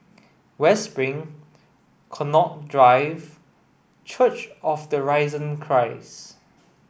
West Spring Connaught Drive and Church of the Risen Christ